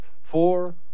four